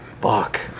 fuck